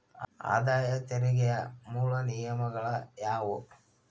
ಆದಾಯ ತೆರಿಗೆಯ ಮೂಲ ನಿಯಮಗಳ ಯಾವು